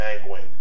Penguin